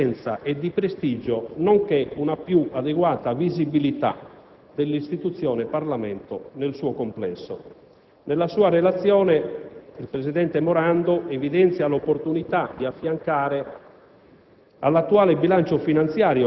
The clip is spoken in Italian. di rafforzamento in termini di efficienza e di prestigio, nonché una più adeguata visibilità dell'istituzione Parlamento nel suo complesso. Nella sua relazione, il presidente Morando evidenzia l'opportunità di affiancare